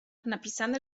napisane